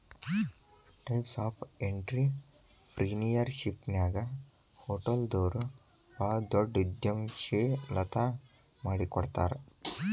types of ಎನ್ಟ್ರಿಪ್ರಿನಿಯರ್ಶಿಪ್ನ್ಯಾಗ ಹೊಟಲ್ದೊರು ಭಾಳ್ ದೊಡುದ್ಯಂಶೇಲತಾ ಮಾಡಿಕೊಡ್ತಾರ